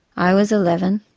i was eleven,